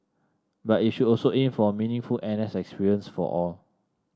but it should also aim for a meaningful N S experience for all